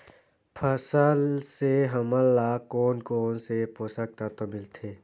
फसल से हमन ला कोन कोन से पोषक तत्व मिलथे?